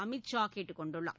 அமித் ஷா கேட்டுக் கொண்டுள்ளார்